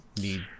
need